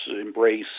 embrace